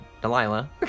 Delilah